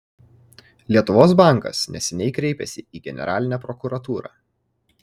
lietuvos bankas neseniai kreipėsi į generalinę prokuratūrą